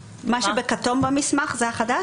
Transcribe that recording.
שצבוע במסמך כתום, זה המסמך?